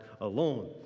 alone